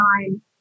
time